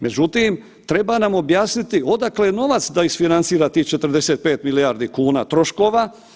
Međutim, treba nam objasniti odakle je novac da isfinancira tih 45 milijardi kuna troškova.